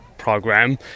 program